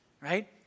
right